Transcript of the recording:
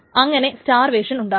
അങ്ങനെ സ്റ്റാർവേഷൻ ഉണ്ടാകാം